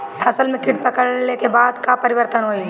फसल में कीट पकड़ ले के बाद का परिवर्तन होई?